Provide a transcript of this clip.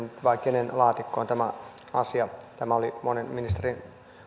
vai kenen laatikkoon tämä oli monen ministerin